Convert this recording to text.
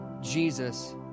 Jesus